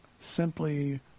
simply